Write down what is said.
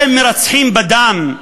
מכיוון שהם מרצחים בדם,